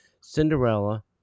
Cinderella